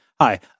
Hi